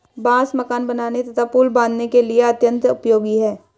बांस मकान बनाने तथा पुल बाँधने के लिए यह अत्यंत उपयोगी है